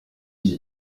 iki